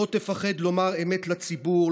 לא תפחד לומר אמת לציבור,